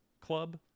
club